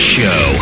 Show